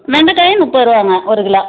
வெண்டக்காயும் முப்பதுருவாங்க ஒரு கிலோ